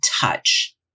touch